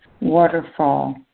waterfall